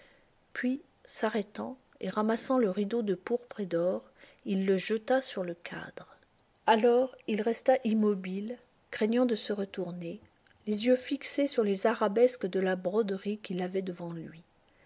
puis s'arrêtant et ramassant le rideau de pourpre et d'or il le jeta sur le cadre alors il resta immobile craignant de se retourner les yeux fixés sur les arabesques de la broderie qu'il avait devant lui